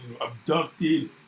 abducted